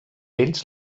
ells